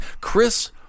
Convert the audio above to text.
Chris